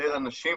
ולשחרר אנשים